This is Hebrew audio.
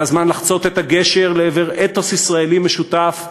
זה הזמן לחצות את הגשר לעבר אתוס ישראלי משותף,